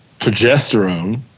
progesterone